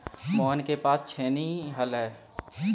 मोहन के पास छेनी हल है